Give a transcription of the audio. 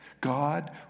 God